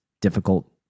difficult